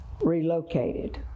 relocated